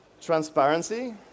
Transparency